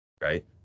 right